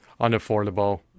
unaffordable